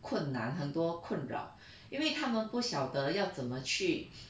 困难很多困扰因为他们不晓得要怎么去